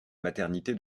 maternité